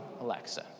Alexa